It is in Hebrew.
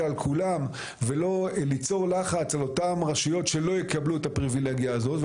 על כולם ולא ליצור לחץ על אותן רשויות שלא יקבלו את הפריבילגיה הזאת,